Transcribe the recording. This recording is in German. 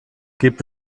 gibt